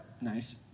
nice